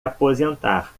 aposentar